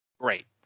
great.